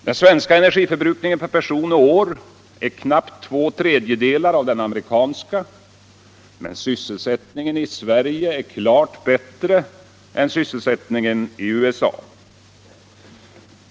Den svenska energiförbrukningen per person och år är knappt två tredjedelar av den amerikanska. Men sysselsättningen i Sverige är klart bättre än sysselsättningen i USA.